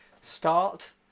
start